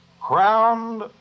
crowned